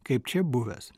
kaip čia buvęs